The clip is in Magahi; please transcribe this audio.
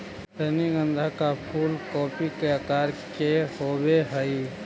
रजनीगंधा का फूल कूपी के आकार के होवे हई